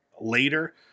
later